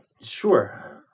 sure